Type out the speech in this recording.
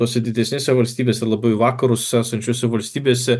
tose didesnėse valstybėse labiau į vakarus esančiose valstybėse